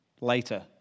later